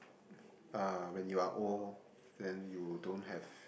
uh when you are old then you don't have